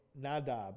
Nadab